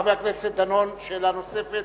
חבר הכנסת דנון, שאלה נוספת.